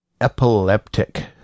epileptic